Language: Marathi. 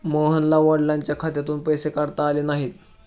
मोहनला वडिलांच्या खात्यातून पैसे काढता आले नाहीत